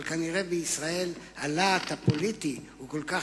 אבל כנראה בישראל הלהט הפוליטי הוא כל כך